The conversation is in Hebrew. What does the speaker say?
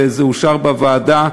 וזה אושר בוועדה,